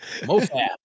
MoFab